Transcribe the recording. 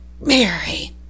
Mary